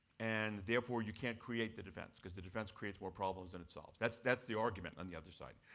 and therefore, you can't create the defense because the defense creates more problems than it solves. that's that's the argument on the other side.